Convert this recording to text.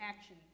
action